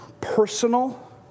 personal